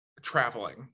traveling